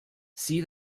see